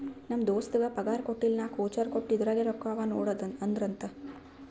ನಮ್ ದೋಸ್ತಗ್ ಪಗಾರ್ ಕೊಟ್ಟಿಲ್ಲ ನಾಕ್ ವೋಚರ್ ಕೊಟ್ಟು ಇದುರಾಗೆ ರೊಕ್ಕಾ ಅವಾ ನೋಡು ಅಂದ್ರಂತ